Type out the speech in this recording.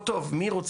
אלה תשובות טוב,